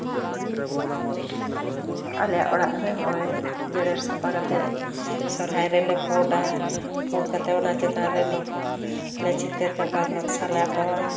ᱟᱞᱮᱭᱟᱜ ᱚᱲᱟᱜ ᱨᱮ ᱦᱚᱸᱜᱼᱚᱭ ᱡᱮᱨᱮᱲ ᱥᱟᱯᱷᱟ ᱠᱟᱛᱮ ᱥᱚᱨᱦᱟᱭ ᱨᱮᱞᱮ ᱯᱳᱸᱰᱟ ᱯᱳᱸᱰ ᱠᱟᱛᱮ ᱚᱱᱟ ᱪᱮᱛᱟᱱ ᱨᱮ ᱪᱤᱛᱟᱹᱨ ᱠᱚ ᱱᱚᱠᱥᱟᱞᱮ ᱟᱸᱠᱟᱣᱟ